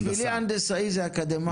הנדסאי זה אקדמאי.